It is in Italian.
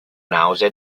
nausea